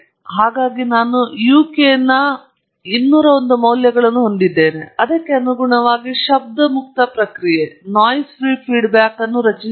ಹಾಗಾಗಿ ನಾನು ಯುಕೆ ನ 201 ಮೌಲ್ಯಗಳನ್ನು ಹೊಂದಿದ್ದೇನೆ ಮತ್ತು ಅದಕ್ಕೆ ಅನುಗುಣವಾಗಿ ಶಬ್ದ ಮುಕ್ತ ಪ್ರತಿಕ್ರಿಯೆಯನ್ನು ರಚಿಸುತ್ತೇನೆ